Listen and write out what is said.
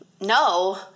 no